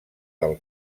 del